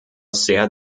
sehr